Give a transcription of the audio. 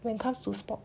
when comes to sports